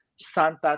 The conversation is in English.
Santa